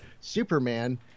Superman